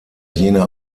jene